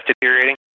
deteriorating